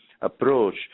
approach